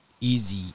Easy